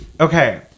Okay